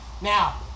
Now